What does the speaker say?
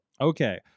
Okay